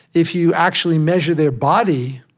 if you actually measure their body,